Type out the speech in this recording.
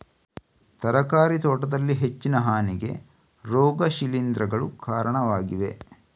ತರಕಾರಿ ತೋಟದಲ್ಲಿ ಹೆಚ್ಚಿನ ಹಾನಿಗೆ ರೋಗ ಶಿಲೀಂಧ್ರಗಳು ಕಾರಣವಾಗಿವೆ